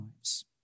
lives